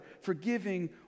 forgiving